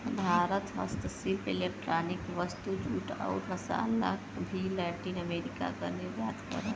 भारत हस्तशिल्प इलेक्ट्रॉनिक वस्तु, जूट, आउर मसाल क भी लैटिन अमेरिका क निर्यात करला